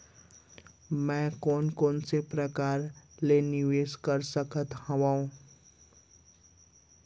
मैं कोन कोन प्रकार ले निवेश कर सकत हओं?